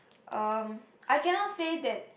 um I cannot say that